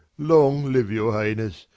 long live your highness.